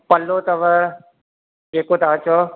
पल्लो अथव जेको तव्हां चओ